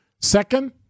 Second